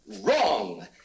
Wrong